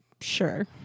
Sure